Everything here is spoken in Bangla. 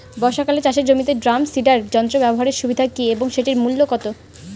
বর্ষাকালে চাষের জমিতে ড্রাম সিডার যন্ত্র ব্যবহারের সুবিধা কী এবং সেটির মূল্য কত?